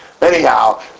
anyhow